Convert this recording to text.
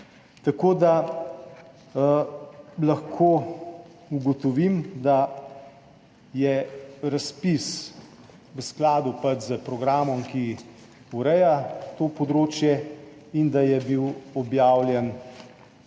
Tako da lahko ugotovim, da je razpis v skladu s programom, ki ureja to področje, in da je bil objavljen